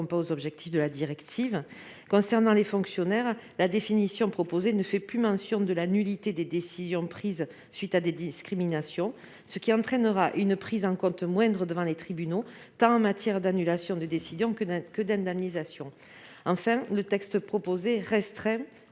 pas aux objectifs de la directive de 2019. Concernant les fonctionnaires, la définition proposée ne fait plus mention de la nullité des décisions prises à la suite de discriminations. Il en résultera une prise en compte moindre devant les tribunaux, tant en matière d'annulation de décisions que d'indemnisation. Enfin, le texte proposé restreint